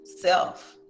self